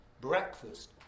breakfast